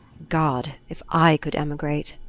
god! if i could emigrate.